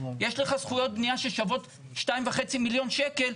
יש לך זכויות בנייה ששוות 2.5 מיליון שקלים.